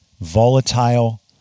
volatile